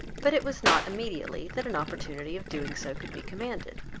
but it was not immediately that an opportunity of doing so could be commanded,